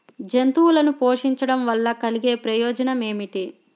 జంతువులను పోషించడం వల్ల కలిగే ప్రయోజనం ఏమిటీ?